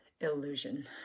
illusion